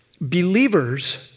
Believers